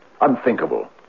unthinkable